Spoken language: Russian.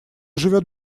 живет